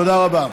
תודה רבה.